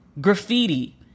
Graffiti